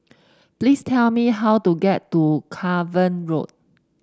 please tell me how to get to Cavan Road